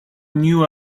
knew